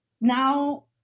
now